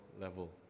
level